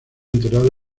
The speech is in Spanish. enterrado